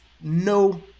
no